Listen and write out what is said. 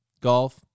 golf